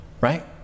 right